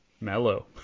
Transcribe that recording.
Mellow